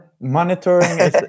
monitoring